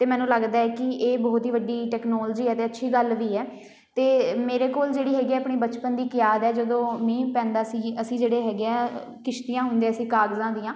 ਅਤੇ ਮੈਨੂੰ ਲੱਗਦਾ ਕਿ ਇਹ ਬਹੁਤ ਹੀ ਵੱਡੀ ਟੈਕਨੋਲਜੀ ਆ ਅਤੇ ਅੱਛੀ ਗੱਲ ਵੀ ਹੈ ਅਤੇ ਮੇਰੇ ਕੋਲ ਜਿਹੜੀ ਹੈਗੀ ਆ ਆਪਣੇ ਬਚਪਨ ਦੀ ਇੱਕ ਯਾਦ ਹੈ ਜਦੋਂ ਮੀਹ ਪੈਂਦਾ ਸੀ ਜੀ ਅਸੀਂ ਜਿਹੜੇ ਹੈਗੇ ਆ ਕਿਸ਼ਤੀਆਂ ਹੁੰਦੀਆਂ ਸੀ ਕਾਗਜ਼ਾਂ ਦੀਆਂ